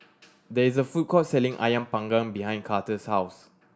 there is a food court selling Ayam Panggang behind Carter's house